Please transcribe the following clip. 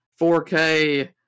4K